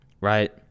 right